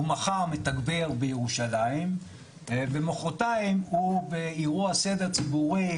הוא מחר מתגבר בירושלים ומחרתיים הוא באירוע סדר ציבורי,